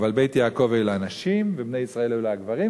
אבל "בית יעקב" אלה הנשים ו"בני ישראל" אלה הגברים,